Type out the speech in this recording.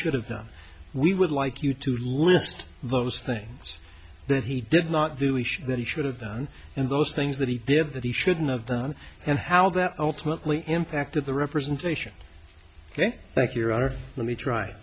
should have done we would like you to list those things that he did not do we should that he should have done and those things that he did that he shouldn't have done and how that ultimately impacted the representation ok thank you arthur let me try